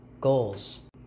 goals